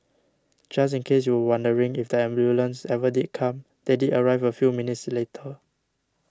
just in case you were wondering if the ambulance ever did come they did arrive a few minutes later